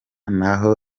naho